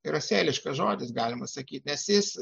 yra sėliškas žodis galima sakyti nes jis